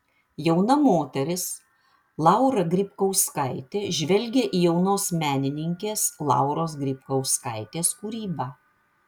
jauna moteris laura grybkauskaitė žvelgia į jaunos menininkės lauros grybkauskaitės kūrybą